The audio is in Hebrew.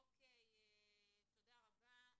אוקי, תודה רבה.